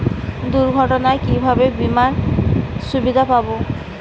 দুর্ঘটনায় কিভাবে বিমার সুবিধা পাব?